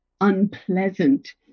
unpleasant